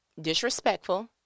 disrespectful